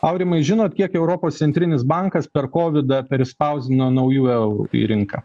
aurimai žinot kiek europos centrinis bankas per kovidą prispausdino naujų eurų į rinką